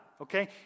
Okay